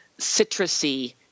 citrusy